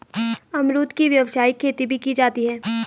अमरुद की व्यावसायिक खेती भी की जाती है